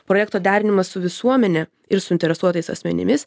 projekto derinimas su visuomene ir suinteresuotais asmenimis